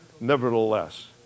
Nevertheless